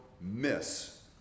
miss